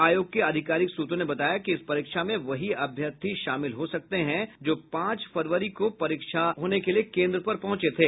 आयोग के अधिकारिक सूत्रों ने बताया कि इस परीक्षा में वही अभ्यर्थी शामिल हो सकते हैं जो पांच फरवरी को परीक्षा में शामिल होने के लिए केन्द्र पर पहुंचे थे